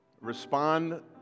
respond